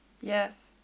Yes